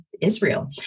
Israel